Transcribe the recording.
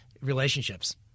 relationships